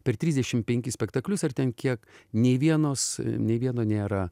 per trisdešimt penkis spektaklius ar ten kiek nei vienos nei vieno nėra